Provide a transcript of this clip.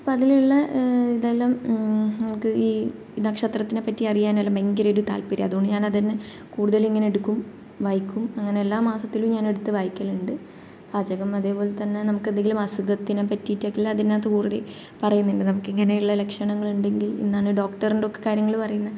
അപ്പം അതിലുള്ള ഇതെല്ലാം എനിക്ക് ഈ നക്ഷത്രത്തിനെപ്പറ്റി അറിയാനും എല്ലാം ഭയങ്കര ഒരു താല്പര്യമാണ് അതുകൊണ്ടു ഞാൻ അതുതന്നെ കൂടുതലും ഇങ്ങനെ എടുക്കും വായിക്കും അങ്ങനെ എല്ലാ മാസത്തിലും ഞാൻ എടുത്തു വായിക്കലുണ്ട് പാചകം അതേപോലെതന്നെ നമുക്ക് എന്തെങ്കിലും അസുഖത്തിനെ പറ്റിയിട്ടൊക്കെ അതിനകത്ത് കൂടുതൽ പറയുന്നുണ്ട് നമുക്ക് ഇങ്ങനെയുള്ള ലക്ഷണങ്ങൾ ഉണ്ടെങ്കിൽ ഇന്നാണ് ഡോക്ടറിന്റെയൊക്കെ കാര്യങ്ങൾ പറയുന്ന